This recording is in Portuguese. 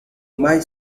mais